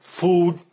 food